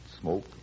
smoke